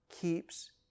keeps